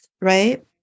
right